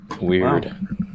Weird